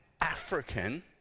African